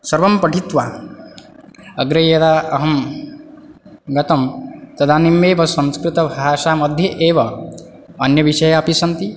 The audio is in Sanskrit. सर्वं पठित्वा अग्रे यदा अहं गतं तदानीमेव संस्कृतभाषामध्ये एव अन्यविषया अपि सन्ति